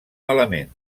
malament